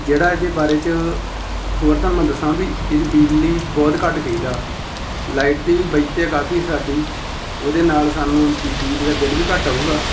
ਜਿਹੜਾ ਇਹਦੇ ਬਾਰੇ 'ਚ ਹੋਰ ਤੁਹਾਨੂੰ ਮੈਂ ਦੱਸਾਂ ਵੀ ਇਹਦੀ ਬਿਜਲੀ ਬਹੁਤ ਘੱਟ ਖਿੱਚਦਾ ਲਾਈਟ ਦੀ ਵੀ ਬੱਚਤ ਹੈ ਕਾਫੀ ਸਾਡੀ ਉਹਦੇ ਨਾਲ ਸਾਨੂੰ ਬਿ ਬਿਜਲੀ ਦਾ ਬਿੱਲ ਵੀ ਘੱਟ ਆਊਗਾ